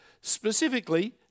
specifically